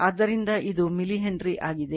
ಆದ್ದರಿಂದ ಇದು ಮಿಲಿಹೆನ್ರಿ ಆಗಿದೆ